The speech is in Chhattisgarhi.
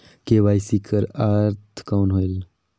के.वाई.सी कर अर्थ कौन होएल?